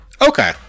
Okay